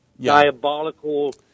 diabolical—